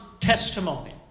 testimony